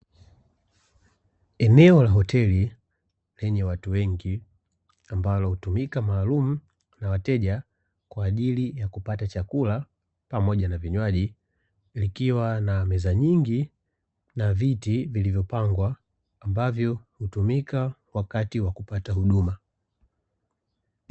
Eneo la hoteli lenye watu wengi, ambalo hutumika maalumu na wateja kwa ajili ya kupata chakula pamoja na vinywaji, likiwa na meza nyingi na viti vilivyopangwa, ambavyo hutumika wakati wa kupata huduma.